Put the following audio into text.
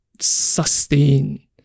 sustain